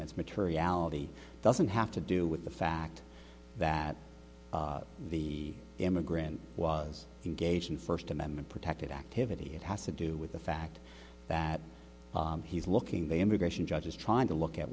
is materiality doesn't have to do with the fact that the immigrant was engaged in first amendment protected activity it has to do with the fact that he's looking the immigration judge is trying to look at